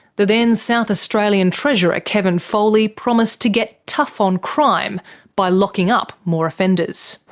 the then south australian treasurer kevin foley promised to get tough on crime by locking up more offenders.